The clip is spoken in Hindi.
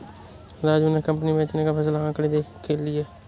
राजू ने कंपनी बेचने का फैसला आंकड़े देख के लिए